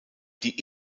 die